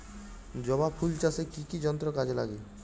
জবা ফুল চাষে কি কি যন্ত্র কাজে লাগে?